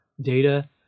data